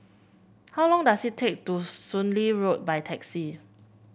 how long does it take to Soon Lee Road by taxi